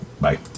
bye